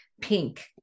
pink